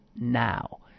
now